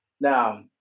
Now